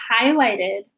highlighted